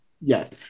Yes